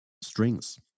strings